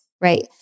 right